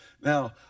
Now